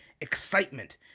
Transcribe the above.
excitement